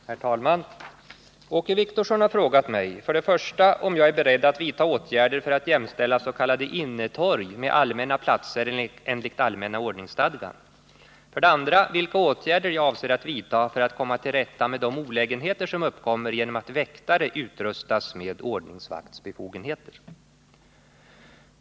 Herr talman! Åke Wictorsson har frågat mig 1. om jag är beredd att vidta åtgärder för att jämställa s.k. innetorg med allmänna platser enligt allmänna ordningsstadgan . 2. vilka åtgärder jag avser att vidta för att komma till rätta med de olägenheter som uppkommer genom att väktare utrustas med ordningsvaktsbefogenheter.